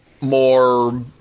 more